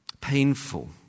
painful